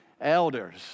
elders